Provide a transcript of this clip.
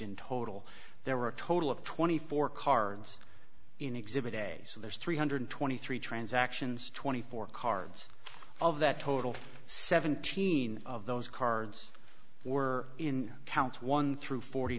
in total there were a total of twenty four cards in exhibit a so there's three hundred twenty three transactions twenty four cards of that total seventeen of those cards were in counts one through forty